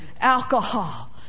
Alcohol